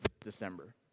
December